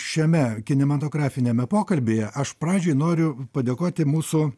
šiame kinematografiniame pokalbyje aš pradžiai noriu padėkoti mūsų